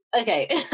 okay